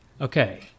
okay